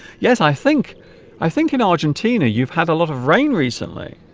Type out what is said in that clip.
yes i think i think in argentina you've had a lot of rain recently